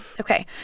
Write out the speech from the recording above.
Okay